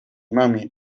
mami